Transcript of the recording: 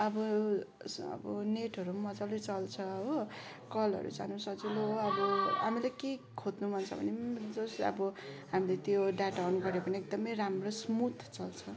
अब अब नेटहरू पनि मज्जाले चल्छ हो कलहरू चल्नु सजिलो अब हामीले के खोज्नु मन छ भने नि जस्ट अब हामीले त्यो डाटा अन गऱ्यो भने एकदमै राम्रो स्मुथ चल्छ